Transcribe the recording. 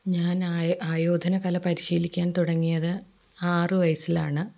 ഞാനായോ ആയോധന കല പരിശീലിക്കാൻ തുടങ്ങിയത് ആറ് വയസ്സിലാണ്